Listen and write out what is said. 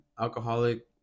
alcoholic